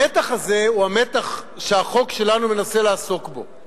המתח הזה הוא המתח שהחוק שלנו מנסה לעסוק בו.